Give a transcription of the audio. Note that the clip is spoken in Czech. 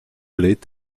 lid